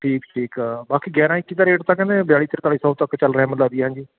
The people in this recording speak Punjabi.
ਠੀਕ ਠੀਕ ਆ ਬਾਕੀ ਗਿਆਰ੍ਹਾਂ ਇੱਕੀ ਦਾ ਰੇਟ ਤਾਂ ਕਹਿੰਦੇ ਬਿਆਲੀ ਤਰਤਾਲੀ ਸੌ ਤੱਕ ਚੱਲ ਰਿਹਾ ਮੈਨੂੰ ਲੱਗਦੀ ਹੈਂ ਜੀ